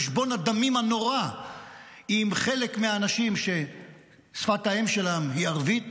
חשבון הדמים הנורא עם חלק מהאנשים ששפת האם שלהם היא ערבית